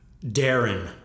Darren